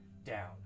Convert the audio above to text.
down